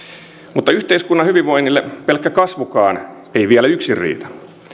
mutta yhteiskunnan hyvinvoinnille pelkkä kasvukaan ei vielä yksin riitä